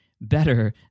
better